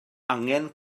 angen